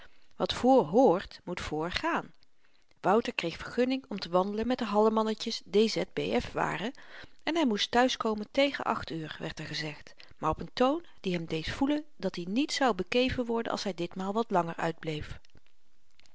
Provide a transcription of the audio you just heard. wat voor hrt moet voor gààn wouter kreeg vergunning om te wandelen met de hallemannetjes d z b f waren en hy moest thuiskomen tegen acht uur werd er gezegd maar op n toon die hem deed voelen dat-i niet zou bekeven worden als hy ditmaal wat langer uitbleef